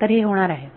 तर हे होणार आहे